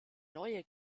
neue